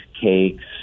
Cakes